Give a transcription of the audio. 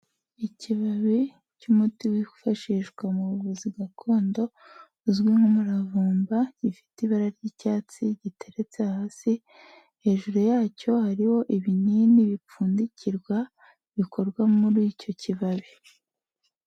Ikibabi cy'umuti wifashishwa mu buvuzi gakondo uzwi nk'umuravumba, gifite ibara ry'icyatsi giteretse hasi, hejuru yacyo hariho ibinini bipfundikirwa bikorwa muri icyo kibabi.